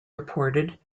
reported